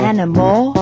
Animal